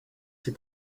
ses